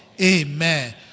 Amen